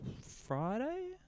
Friday